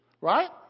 Right